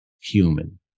human